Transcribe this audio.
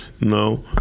no